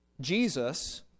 Jesus